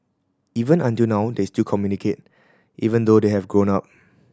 even until now they still communicate even though they have grown up